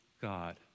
God